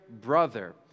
brother